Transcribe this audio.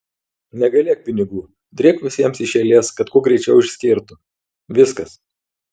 negailėk pinigų drėbk visiems iš eilės kad kuo greičiau išskirtų viskas